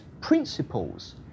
principles